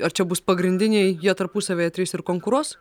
ar čia bus pagrindiniai jie tarpusavyje trys ir konkuruos